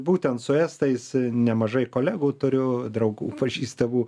būtent su estais nemažai kolegų turiu draugų pažįstamų